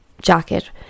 jacket